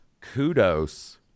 kudos